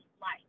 life